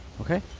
Okay